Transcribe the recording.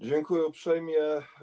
Dziękuję uprzejmie.